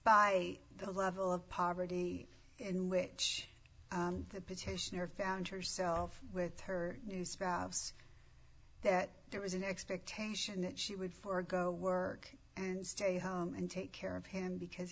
by the level of poverty in which the petitioner found herself with her new spouse that there was an expectation that she would forgo work and stay home and take care of him because